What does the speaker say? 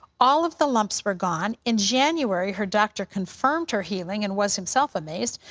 all of the lumps were gone. in january, her doctor confirmed her healing and was himself amazed.